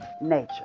nature